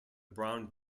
brown